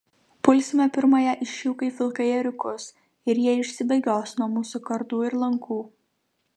pulsime pirmąją iš jų kaip vilkai ėriukus ir jie išsibėgios nuo mūsų kardų ir lankų